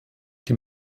die